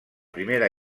primera